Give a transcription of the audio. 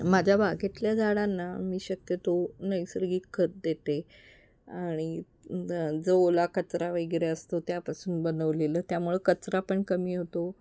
माझ्या बागेतल्या झाडांना मी शक्यतो नैसर्गिक खत देते आणि जो ओला कचरा वगैरे असतो त्यापासून बनवलेलं त्यामुळे कचरा पण कमी होतो